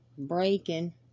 Breaking